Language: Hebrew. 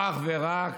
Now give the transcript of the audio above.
אך ורק